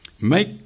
Make